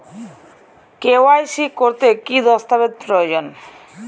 KYC করতে কি দস্তাবেজ প্রয়োজন?